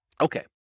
Okay